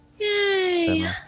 Yay